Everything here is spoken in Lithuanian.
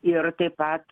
ir taip pat